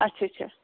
اَچھا اَچھا